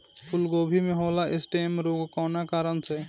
फूलगोभी में होला स्टेम रोग कौना कारण से?